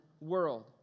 world